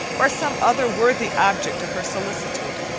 or some other worthy object of her solicitude.